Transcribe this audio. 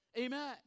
amen